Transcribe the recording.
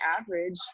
average